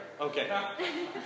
Okay